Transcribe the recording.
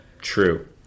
True